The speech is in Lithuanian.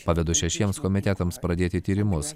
pavedu šešiems komitetams pradėti tyrimus